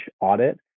audit